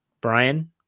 Brian